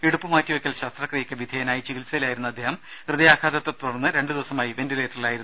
ഇടുപ്പ് മാറ്റിവെയ്ക്കൽ ശസ്ത്രക്രിയയ്ക്ക് വിധേയനായി ചികിത്സയിലായിരുന്ന അദ്ദേഹം ഹൃദയാഘാതത്തെ തുടർന്ന് രണ്ടു ദിവസമായി വെന്റിലേറ്ററിലായിരുന്നു